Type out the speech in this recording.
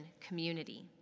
community